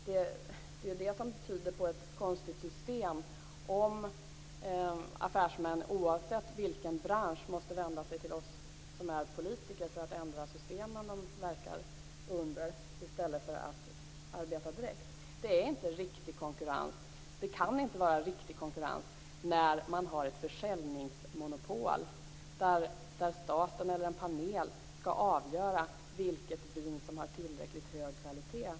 Det tyder på att det är ett konstigt system om affärsmän, oavsett vilken bransch det gäller, måste vända sig till oss politiker för att ändra det system de verkar under i stället för att arbeta direkt. Det är inte riktig konkurrens. Det kan inte vara riktig konkurrens när man har ett försäljningsmonopol där staten eller en panel skall avgöra vilket vin som har tillräckligt hög kvalitet.